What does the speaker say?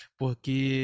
porque